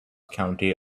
county